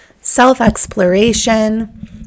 self-exploration